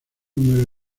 número